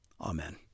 Amen